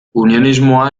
unionismoa